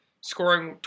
scoring